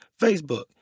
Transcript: facebook